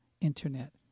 internet